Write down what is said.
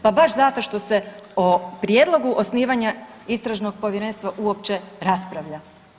Pa baš zato što se o Prijedlogu osnivanja Istražnog povjerenstva uopće raspravlja.